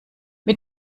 mit